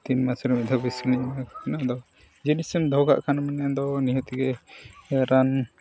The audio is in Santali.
ᱛᱤᱱ ᱢᱟᱥ ᱨᱮ ᱢᱤᱫ ᱫᱷᱟᱣ ᱵᱷᱮᱠᱥᱤᱱᱤᱧ ᱮᱢᱟᱠᱚ ᱠᱟᱱᱟ ᱫᱚ ᱡᱤᱱᱤᱥᱮᱢ ᱫᱚᱦᱚ ᱠᱟᱭ ᱢᱟᱱᱮ ᱫᱚ ᱱᱤᱦᱟᱹᱛ ᱜᱮ ᱨᱟᱱ